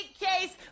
case